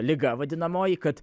liga vadinamoji kad